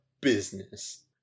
business